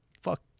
fuck